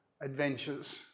adventures